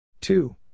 Two